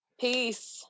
Peace